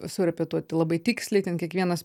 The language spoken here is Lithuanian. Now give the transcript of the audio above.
surepetuoti labai tiksliai ten kiekvienas